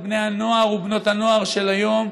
את בני הנוער ובנות הנוער של היום,